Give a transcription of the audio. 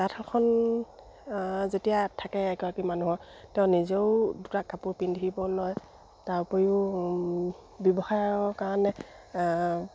তাঁত এখন যেতিয়া থাকে এগৰাকী মানুহৰ তেওঁ নিজেও দুটা কাপোৰ পিন্ধিব লয় তাৰ উপৰিও ব্যৱসায়ৰ কাৰণে